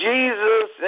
Jesus